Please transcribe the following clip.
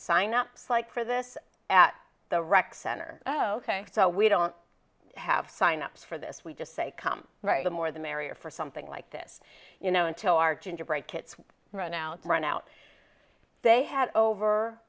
sign up like for this at the rec center so we don't have sign up for this we just say come right the more the merrier for something like this you know until our gingerbread kits run out run out they had over